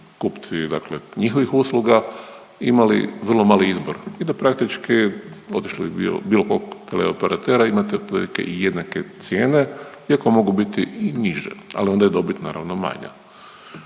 dakle njihovih usluga, imali vrlo mali izbor i da praktički otišli bilo kog teleoperatera imate otprilike i jednake cijene iako mogu biti i niže, ali onda je dobit naravno manja.